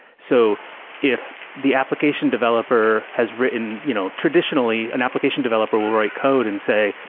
so if the application developer has written you know traditionally, an application developer will write code and say,